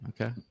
okay